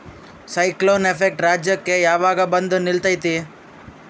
Cyclone effect ರಾಜ್ಯಕ್ಕೆ ಯಾವಾಗ ಬಂದ ನಿಲ್ಲತೈತಿ?